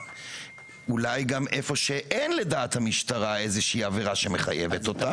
אולי גם איפה שאין לדעת המשטרה איזושהי עבירה שמחייבת אותה.